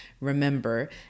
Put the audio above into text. remember